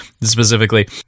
Specifically